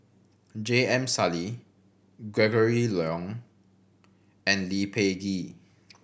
J M Sali Gregory Yong and Lee Peh Gee